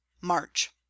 march